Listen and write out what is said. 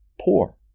poor